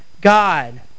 God